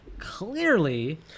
Clearly